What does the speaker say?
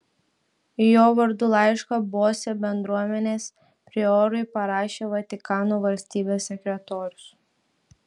jo vardu laišką bose bendruomenės priorui parašė vatikano valstybės sekretorius